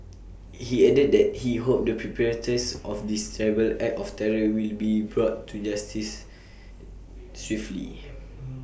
he added that he hoped the perpetrators of this terrible act of terror will be brought to justice swiftly